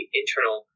internal